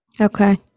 Okay